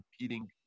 competing